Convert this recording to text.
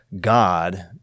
God